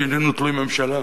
שאיננו תלוי בממשלה,